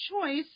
choice